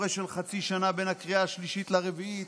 הפרש של חצי שנה בין הקריאה השלישית לרביעית,